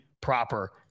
proper